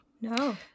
no